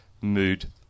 mood